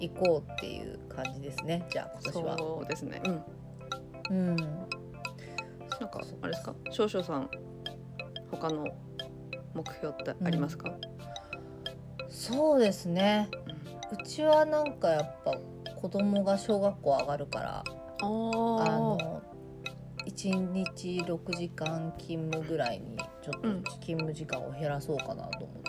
行こうっていう感じですね。じゃあ、今年は。そうですね。うん、うん。なんか、あれですか？そうです。少々さん、他の目標ってありますか？うん。そうですね。うん。うちはなんかやっぱ、子供が小学校上がるから、あー。あの、一日六時間勤務ぐらいに、ちょっと、うん。勤務時間を減らそうかなと思って